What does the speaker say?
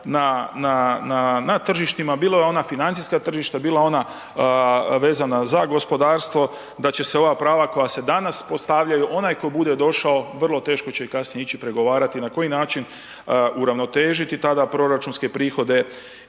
na tržištima, bilo ona financijska tržišta, bila ona vezana za gospodarstvo da će se ova prava koja se danas postavljaju onaj tko bude došao vrlo teško će ih kasnije ići pregovarati na koji način uravnotežiti tada proračunske prihode